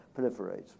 proliferate